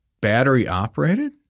battery-operated